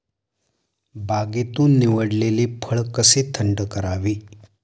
बागेतून निवडलेले फळ कसे थंड करावे?